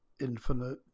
infinite